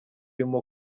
urimo